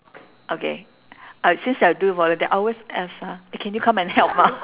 okay uh since I do volunteer I always ask ah eh can you come and help ah